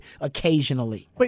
occasionally